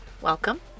welcome